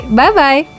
bye-bye